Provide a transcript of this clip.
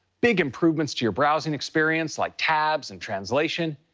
big improvements to your browsing experience like tabs and translation,